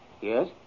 Yes